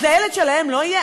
אז לילד שלהם לא יהיה?